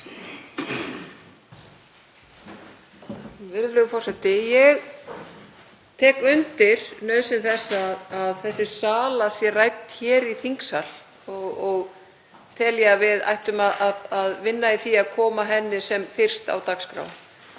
Virðulegur forseti. Ég tek undir nauðsyn þess að þessi sala sé rædd hér í þingsal og tel ég að við ættum að vinna í því að koma henni sem fyrst á dagskrá.